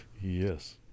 yes